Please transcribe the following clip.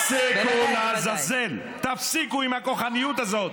תפסיקו, לעזאזל, תפסיקו עם הכוחנות הזאת.